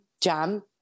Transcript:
jam